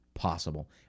possible